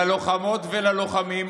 ללוחמות וללוחמים,